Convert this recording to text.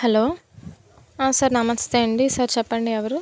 hello sir నమస్తే అండి sir చెప్పండి ఎవరు